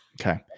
Okay